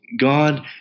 God